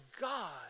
God